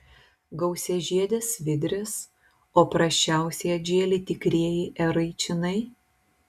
gausiažiedės svidrės o prasčiausiai atžėlė tikrieji eraičinai